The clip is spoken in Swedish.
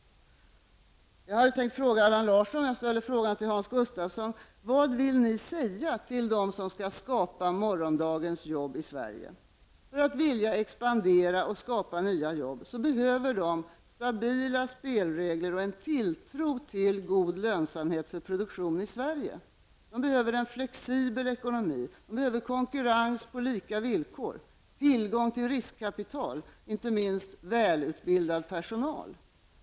Jag hade tänkt fråga Allan Larsson men jag ställer i stället frågan till Hans Gustafsson: Vad vill ni säga till dem som skall skapa morgondagens jobb i Sverige? För att vilja expandera och skapa nya jobb behöver de stabila spelregler och en tilltro till god lönsamhet för produktion i Sverige. De behöver en flexibel ekonomi. De behöver konkurrens på lika villkor, tillgång till riskkapital och inte minst välutbildad personal.